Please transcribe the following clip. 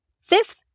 Fifth